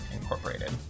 Incorporated